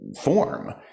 form